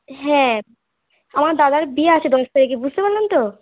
হ্যাঁ আমার দাদার বিয়ে আছে দশ তারিখে বুঝতে পারলেন তো